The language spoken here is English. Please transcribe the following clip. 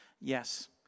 Yes